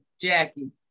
Jackie